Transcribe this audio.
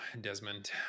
Desmond